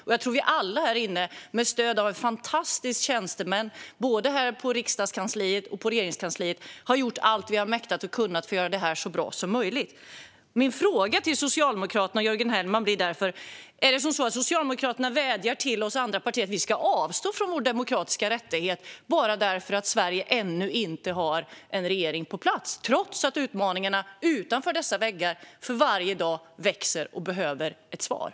Jag tror att alla här inne med stöd av fantastiska tjänstemän, både i riksdagskansliet och i Regeringskansliet, har gjort allt som vi har mäktat med och kunnat för att detta ska bli så bra som möjligt. Min fråga till Socialdemokraterna och Jörgen Hellman blir därför: Vädjar Socialdemokraterna till oss andra partier att vi ska avstå från vår demokratiska rättighet bara därför att Sverige ännu inte har en regering på plats, trots att utmaningarna utanför dessa väggar växer för varje dag?